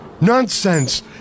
Nonsense